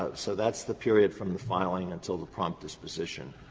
ah so that's the period from the filing until the prompt disposition,